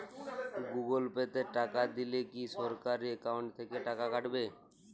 Google Pay তে টাকা দিলে কি সরাসরি অ্যাকাউন্ট থেকে টাকা কাটাবে?